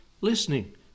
listening